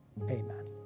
Amen